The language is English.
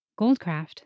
Goldcraft